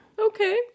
Okay